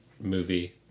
movie